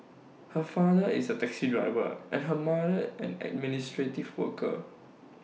her father is A taxi driver and her mother an administrative worker